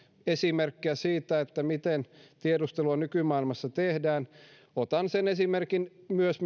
esimerkkejä siitä miten tiedustelua nykymaailmassa tehdään otan sen esimerkin myös